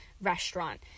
restaurant